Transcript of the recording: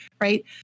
right